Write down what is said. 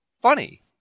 funny